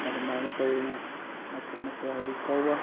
ꯑꯗꯨꯃꯥꯏꯅ ꯇꯧꯗꯅ ꯃꯆꯤꯠ ꯃꯆꯤꯠ ꯍꯧꯖꯤꯛ ꯐꯥꯎꯕ